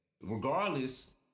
Regardless